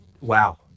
Wow